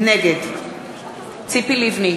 נגד ציפי לבני,